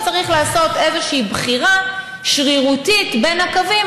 כשצריך לעשות איזושהי בחירה שרירותית בין הקווים,